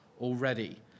already